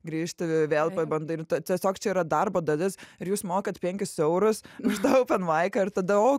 grįžti vėl pabandai ir tiesiog čia yra darbo dalis ir jūs mokat penkis eurus už tą openmaiką ir tada o